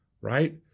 right